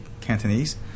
Cantonese